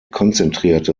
konzentrierte